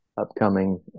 upcoming